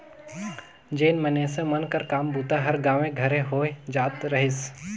जेन मइनसे मन कर काम बूता हर गाँवे घरे होए जात रहिस